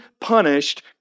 punished